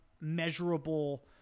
measurable